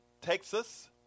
Texas